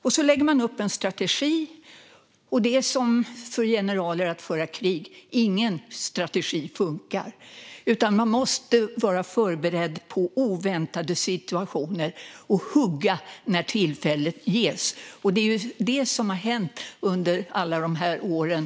Sedan lägger man upp en strategi, och det är som för generaler när det gäller att föra krig: Ingen strategi funkar, utan man måste vara förberedd på oväntade situationer och hugga när tillfället ges. Det är det som har hänt under alla de här åren.